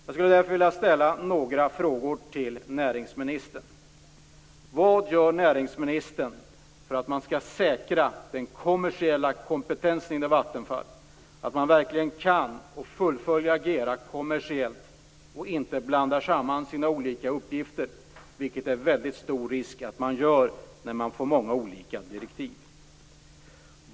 Jag skulle därför vilja ställa några frågor till näringsministern. Vattenfall verkligen kan agera kommersiellt och inte blandar samman sina olika uppgifter, vilket det är stor risk för att man gör när man får många olika direktiv?